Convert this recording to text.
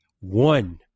one